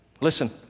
Listen